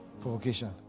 provocation